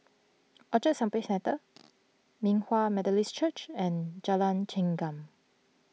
Orchard Shopping Centre Hinghwa Methodist Church and Jalan Chengam